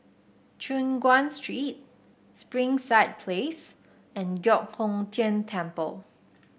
Choon Guan Street Springside Place and Giok Hong Tian Temple